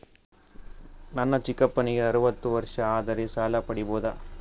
ನನ್ನ ಚಿಕ್ಕಪ್ಪನಿಗೆ ಅರವತ್ತು ವರ್ಷ ಆದರೆ ಸಾಲ ಪಡಿಬೋದ?